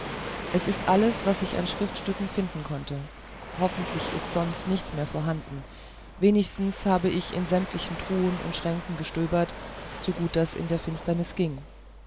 es ist alles was ich an schriftstücken finden konnte hoffentlich ist sonst nichts mehr vorhanden wenigstens habe ich in sämtlichen truhen und schränken gestöbert so gut das in der finsternis ging